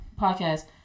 podcast